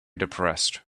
depressed